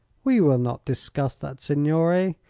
we will not discuss that, signore,